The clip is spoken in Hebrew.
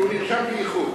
כי הוא נרשם באיחור.